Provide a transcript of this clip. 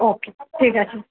ওকে ঠিক আছে